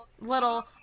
little